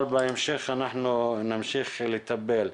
אבל בהמשך אנחנו נמשיך לטפל.